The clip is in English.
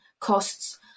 costs